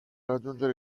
raggiungere